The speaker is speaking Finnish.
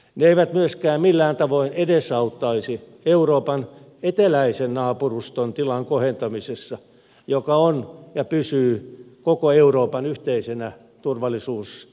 ne eivät myöskään millään tavoin edesauttaisi euroopan eteläisen naapuruston tilan kohentamisessa joka on ja pysyy koko euroopan yhteisenä turvallisuusintressinä